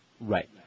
Right